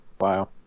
Wow